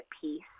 piece